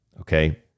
okay